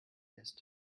ist